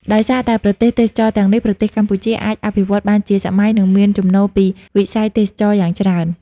ដោយសារតែប្រភេទទេសចរណ៍ទាំងនេះ ប្រទេសកម្ពុជាអាចអភិវឌ្ឍបានជាសម័យ និងមានចំណូលពីវិស័យទេសចរណ៍យ៉ាងច្រើន។